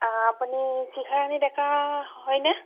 আ আপুনি শিখাৰাণী ডেকা হয়নে